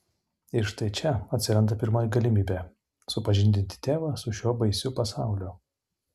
ir štai čia atsiranda pirmoji galimybė supažindinti tėvą su šiuo baisiu pasauliu